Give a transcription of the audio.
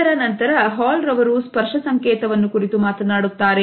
ಇದರ ನಂತರ ಹಾಲ್ ರವರು ಸ್ಪರ್ಶ ಸಂಕೇತವನ್ನು ಕುರಿತು ಮಾತನಾಡುತ್ತಾರೆ